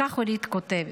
כך אורית כותבת: